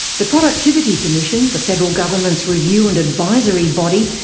the productivity commission, the federal government's review and advisory body,